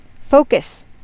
focus